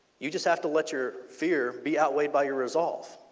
you just have to let your fear be out weighed by your resolve.